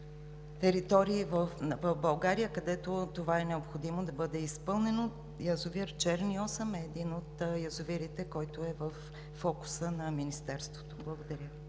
територии в България, където това е необходимо да бъде изпълнено. Язовир „Черни Осъм“ е един от язовирите, който е във фокуса на Министерството. Благодаря